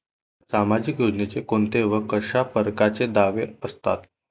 सामाजिक योजनेचे कोंते व कशा परकारचे दावे असतात?